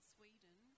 Sweden